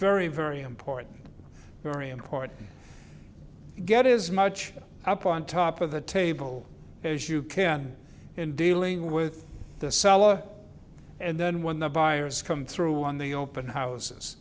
very very important very important to get as much up on top of the table as you can in dealing with the seller and then when the buyers come through on the open houses